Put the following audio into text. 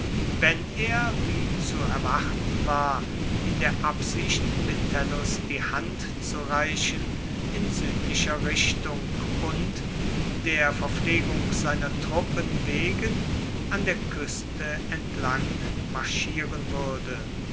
wenn er wie zu erwarten war in der absicht metellus die hand zu reichen in südlicher richtung und der verpflegung seiner truppen wegen an der küste entlang marschieren würde